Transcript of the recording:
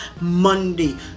Monday